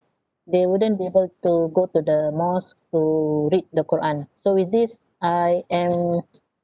they wouldn't be able to go to the mosques to read the quran so with this I am